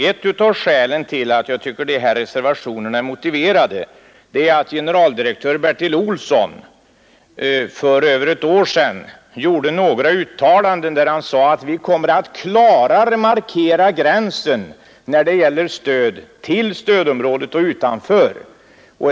Ett av skälen till att jag tycker att reservationerna är motiverade är att generaldirektör Bertil Olsson för över ett år sedan sade att man klarare kommer att markera gränsen när det gäller stöd mellan stödområden och andra områden.